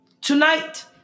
Tonight